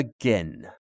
again